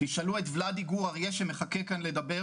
תשאלו את ולדי גור אריה שמחכה כאן לדבר